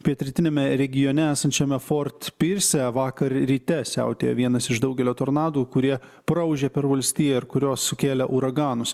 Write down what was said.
pietrytiniame regione esančiame ford pyrse vakar ryte siautėjo vienas iš daugelio tornadų kurie praūžė per valstiją ir kurios sukėlė uraganus